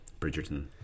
Bridgerton